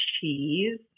cheese